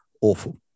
awful